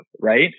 right